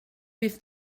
fydd